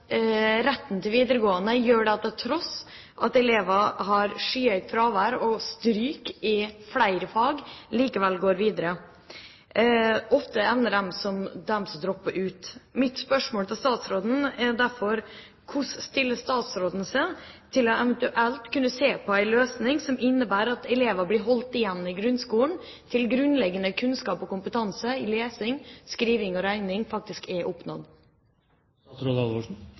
til tross for skyhøyt fravær og stryk i flere fag likevel går videre. Ofte ender de som «de som dropper ut». Mitt spørsmål til statsråden er derfor: Hvordan stiller statsråden seg til eventuelt å kunne se på en løsning som innebærer at elever blir holdt igjen i grunnskolen til grunnleggende kunnskap og kompetanse i lesing, skriving og regning faktisk er